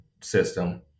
system